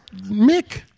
Mick